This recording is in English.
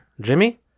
jimmy